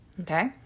Okay